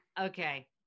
okay